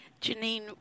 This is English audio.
Janine